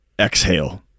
exhale